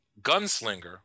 gunslinger